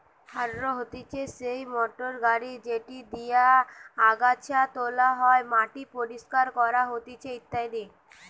harrow হতিছে সেই motor গাড়ি যেটি দিয়া আগাছা তোলা হয়, মাটি পরিষ্কার করা হতিছে ইত্যাদি